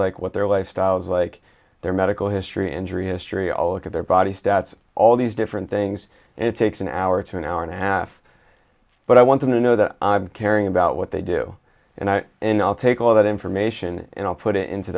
like what their lifestyles like their medical history injury history all look at their body stats all these different things and it takes an hour to an hour and a half but i want them to know that i've caring about what they do and i and i'll take all that information and i'll put it into